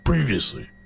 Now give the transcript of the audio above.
Previously